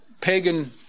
pagan